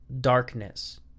darkness